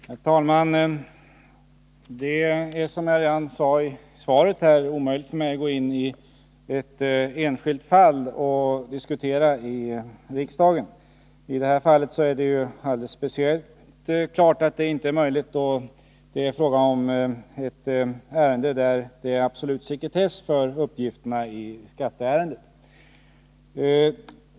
Herr talman! Det är, som jag sade redan i svaret, omöjligt för mig att Tisdagen den diskutera ett enskilt fall i riksdagen. I det här fallet står det alldeles speciellt 27 oktober 1981 klart att det inte är möjligt. då det är fråga om ett skatteärende där det råder absolut sekretess för uppgifterna.